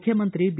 ಮುಖ್ಯಮಂತ್ರಿ ಬಿ